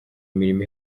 imirimo